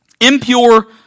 Impure